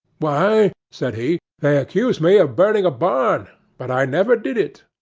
why, said he, they accuse me of burning a barn but i never did it.